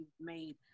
made